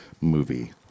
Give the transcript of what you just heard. movie